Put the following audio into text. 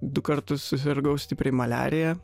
du kartus susirgau stipriai maliarija